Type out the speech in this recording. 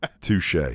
Touche